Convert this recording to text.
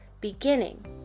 beginning